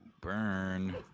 burn